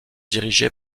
dirigé